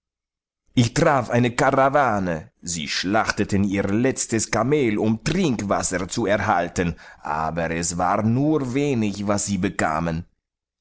ich traf eine karawane sie schlachteten ihr letztes kameel um trinkwasser zu erhalten aber es war nur wenig was sie bekamen